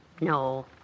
No